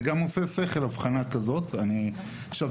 הבחנה כזאת גם עושה שכל.